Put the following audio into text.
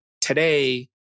today